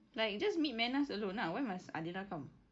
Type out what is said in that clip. like just meet menaz alone lah why must adela come